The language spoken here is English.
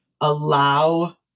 allow